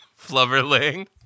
Flubberling